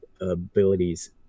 abilities